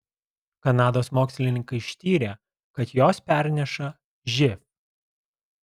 kanados mokslininkai ištyrė kad jos perneša živ